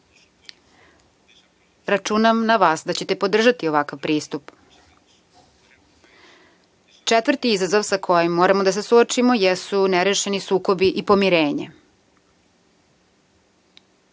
Računam na vas da ćete podržati ovakav pristup. Četvrti izazov sa kojim moramo da se suočimo jesu nerešeni sukobi i pomirenja.